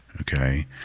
okay